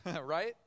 Right